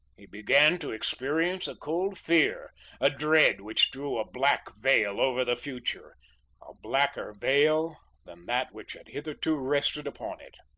he began to experience a cold fear a dread which drew a black veil over the future a blacker veil than that which had hitherto rested upon it.